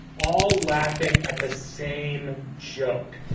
all laughing at the same joke.